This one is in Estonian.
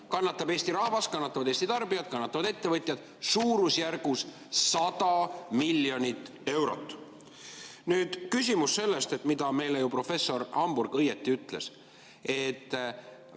kannatab Eesti rahvas, kannatavad Eesti tarbijad, kannatavad ettevõtjad – suurusjärgus 100 miljonit eurot. Nüüd küsimus sellest, mida meile ju professor Hamburg õieti ütles: